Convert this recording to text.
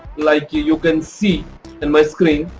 like you you can see in my screen.